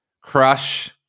crush